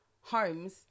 homes